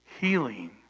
healing